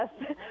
yes